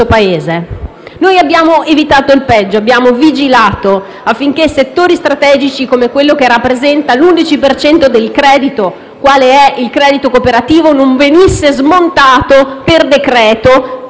Abbiamo evitato il peggio e abbiamo vigilato, affinché settori strategici, come quello che rappresenta l'11 per cento del credito, quale il credito cooperativo, non venissero smontati per decreto